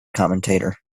commentator